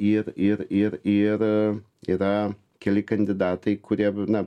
ir ir ir ir a yra keli kandidatai kurie na